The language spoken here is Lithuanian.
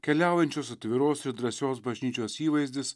keliaujančios atviros ir drąsios bažnyčios įvaizdis